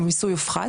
המיסוי הופחת,